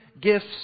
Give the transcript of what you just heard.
gifts